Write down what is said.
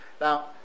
now